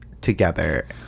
together